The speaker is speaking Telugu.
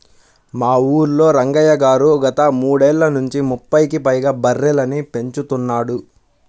మా ఊల్లో రంగయ్య గారు గత మూడేళ్ళ నుంచి ముప్పైకి పైగా బర్రెలని పెంచుతున్నాడు